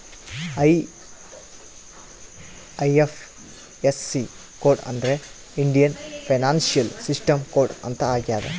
IFSC code ಅಂದ್ರೆ Indian financial system code ಅಂತ ಆಗ್ಯದ